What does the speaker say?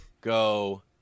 go